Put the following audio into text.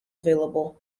available